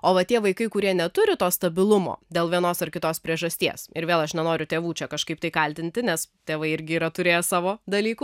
o va tie vaikai kurie neturi to stabilumo dėl vienos ar kitos priežasties ir vėl aš nenoriu tėvų čia kažkaip tai kaltinti nes tėvai irgi yra turėję savo dalykų